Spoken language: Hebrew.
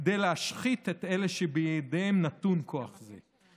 כדי להשחית את אלה שבידיהם נתון כוח זה,